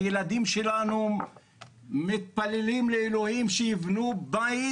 הילדים שלנו מתפללים לאלוהים שיבנו בית.